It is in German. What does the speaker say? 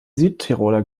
südtiroler